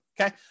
okay